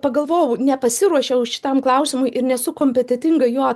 pagalvojau nepasiruošiau šitam klausimui ir nesu kompetentinga juo